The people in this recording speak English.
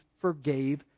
forgave